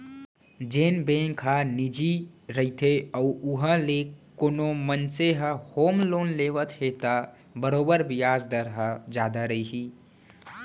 जेन बेंक ह निजी रइथे अउ उहॉं ले कोनो मनसे ह होम लोन लेवत हे त बरोबर बियाज दर ह जादा रही